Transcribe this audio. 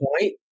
point